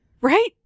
right